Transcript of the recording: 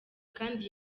kandi